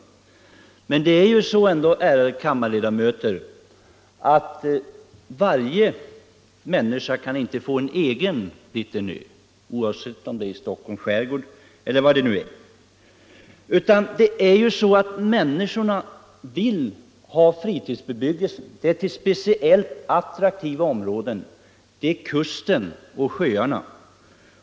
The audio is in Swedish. Det är ju ändå så, ärade kammarledamöter, att varje människa inte kan få sin egen lilla ö, oavsett om det är i Stockholms skärgård eller någon annanstans. Människorna vill förlägga fritidsbebyggelsen till speciellt attraktiva områden, såsom kusten och sjöarna.